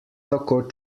tako